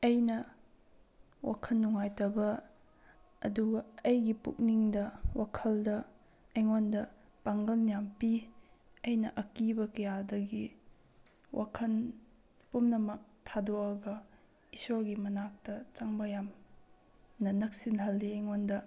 ꯑꯩꯅ ꯋꯥꯈꯜ ꯅꯨꯡꯉꯥꯏꯇꯕ ꯑꯗꯨꯒ ꯑꯩꯒꯤ ꯄꯨꯛꯅꯤꯡꯗ ꯋꯥꯈꯜꯗ ꯑꯩꯉꯣꯟꯗ ꯄꯥꯡꯒꯜ ꯌꯥꯝ ꯄꯤ ꯑꯩꯅ ꯑꯀꯤꯕ ꯀꯌꯥꯗꯒꯤ ꯋꯥꯈꯜ ꯄꯨꯝꯅꯃꯛ ꯊꯥꯗꯣꯛꯂꯒ ꯏꯁꯣꯔꯒꯤ ꯃꯅꯥꯛꯇ ꯆꯪꯕ ꯌꯥꯝꯅ ꯅꯛꯁꯤꯜꯍꯜꯂꯤ ꯑꯩꯉꯣꯟꯗ